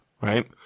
Right